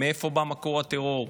מאיפה בא מקור הטרור?